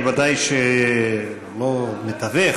אני ודאי לא מתווך,